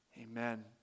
Amen